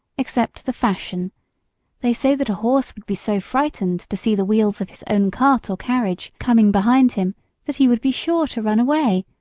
except the fashion they say that a horse would be so frightened to see the wheels of his own cart or carriage coming behind him that he would be sure to run away,